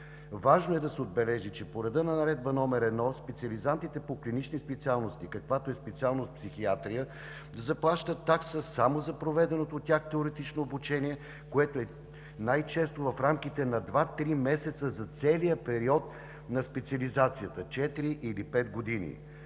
Важно е да се отбележи, че по реда на Наредба № 1 специализантите по клинични специалности, каквато е специалност „Психиатрия“, заплащат такса само за проведеното от тях теоретично обучение, което е най-често в рамките на 2 – 3 месеца за целия период на специализацията – четири или пет години.